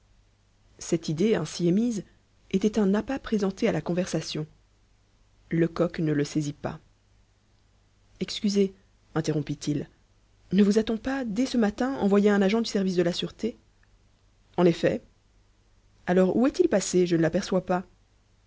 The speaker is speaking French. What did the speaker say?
cette idée ainsi émise était un appât présenté à la conversation lecoq ne le saisit pas excusez interrompit-il ne vous a-t-on pas dès ce matin envoyé un agent du service de la sûreté en effet alors où est-il passé je ne l'aperçois pas